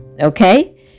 Okay